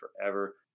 forever